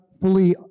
fully